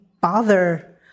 bother